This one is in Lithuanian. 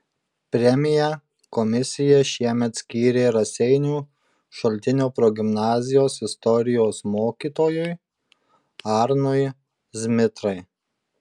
premiją komisija šiemet skyrė raseinių šaltinio progimnazijos istorijos mokytojui arnui zmitrai